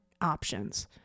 options